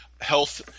health